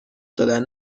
دادن